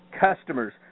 customers